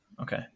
okay